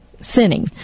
sinning